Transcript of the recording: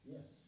Yes